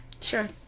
Sure